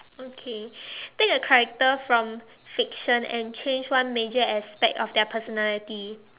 okay take a character from fiction and change one major aspect of their personality